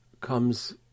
comes